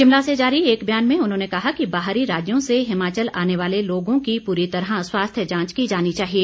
शिमला से जारी एक ब्यान में उन्होंने कहा कि बाहरी राज्यों से हिमाचल आने वाले लोगों की पूरी तरह स्वास्थ्य जांच की जानी चाहिए